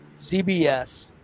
CBS